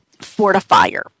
fortifier